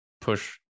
push